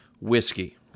whiskey